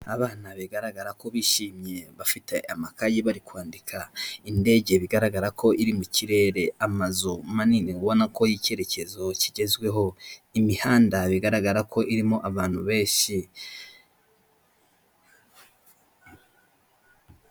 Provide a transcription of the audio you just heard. Abana bigaragara ko bishimye bafite amakayi bari kwandika; indege bigaragara ko iri mu kirere; amazu manini ubona ko ari ay'icyerekezo kigezweho, imihanda bigaragara ko irimo abantu benshi.